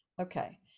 Okay